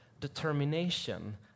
determination